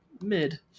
mid